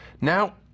Now